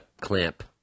clamp